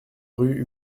rue